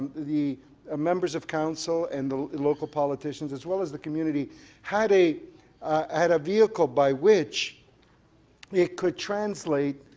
the ah members of council and the local politicians as well as the community had a had a vehicle by which they could translate,